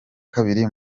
kabiri